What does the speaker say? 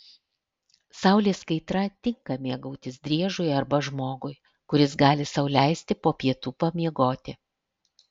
saulės kaitra tinka mėgautis driežui arba žmogui kuris gali sau leisti po pietų miegoti